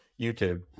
YouTube